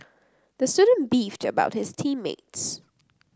the student beefed about his team mates